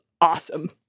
awesome